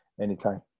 anytime